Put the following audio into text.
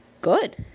good